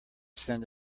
send